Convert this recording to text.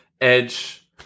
Edge